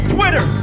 Twitter